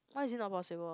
why is it not possible